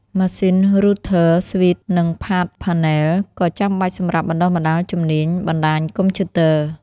ម៉ាស៊ីន Router, Switch និង patch panel ក៏ចាំបាច់សម្រាប់បណ្តុះបណ្តាលជំនាញបណ្តាញកុំព្យូទ័រ។